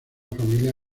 familia